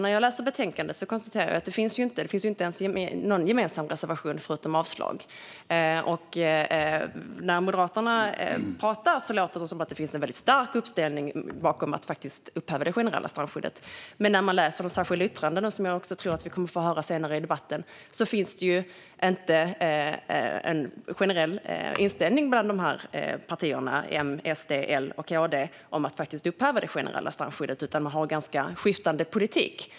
När jag läser betänkandet konstaterar jag att det inte finns någon gemensam reservation, bara avslag, men när Moderaterna pratar låter det som att det finns en väldigt stark uppställning bakom att faktiskt upphäva det generella strandskyddet. När man läser de särskilda yttrandena, som jag tror att vi kommer att få höra om senare i debatten, ser man att det inte finns en generell inställning bland de här partierna - M, SD, L och KD - om att faktiskt upphäva det generella strandskyddet utan att de har ganska skiftande politik.